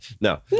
no